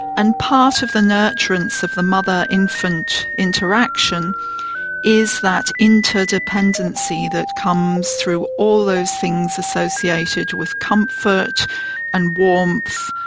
and part of the nurturance of the mother infant interaction is that interdependency that comes through all those things associated with comfort and warmth,